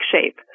shape